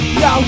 no